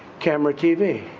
camera, tv.